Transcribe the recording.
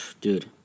Dude